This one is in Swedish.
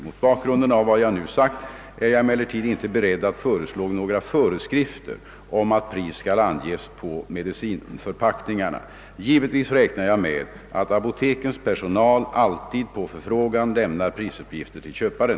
Mot bakgrunden av vad jag nu sagt är jag emellertid inte beredd att föreslå några föreskrifter om att pris skall anges på medicinförpackningar. Givetvis räknar jag med att apotekens personal alltid på förfrågan lämnar prisuppgifter till köparen.